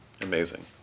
Amazing